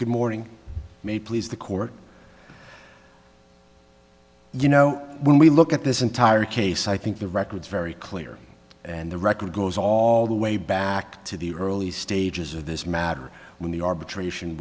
good morning may please the court you know when we look at this entire case i think the record very clear and the record goes all the way back to the early stages of this matter when the arbitration